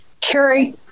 Carrie